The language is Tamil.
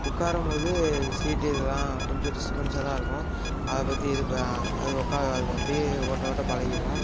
உட்காரும்போது சீட்டு இதல்லாம் கொஞ்சம் டிஸ்டபென்சாக தான் இருக்கும் அதை பற்றி இது அது உக்கார அது அப்டி ஓட்ட ஓட்ட பழகிரும்